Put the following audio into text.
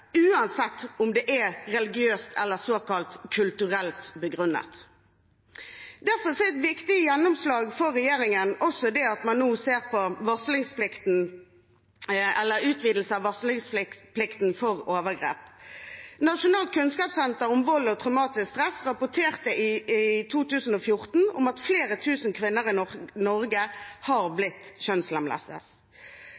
uansett om det er religiøst eller såkalt kulturelt begrunnet. Derfor er det et viktig gjennomslag for regjeringen også det at man nå ser på en utvidelse av varslingsplikten for overgrep. Nasjonalt kunnskapssenter om vold og traumatisk stress rapporterte i 2014 om at flere tusen kvinner i Norge har